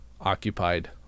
occupied